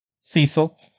Cecil